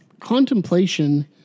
contemplation